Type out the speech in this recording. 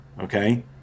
okay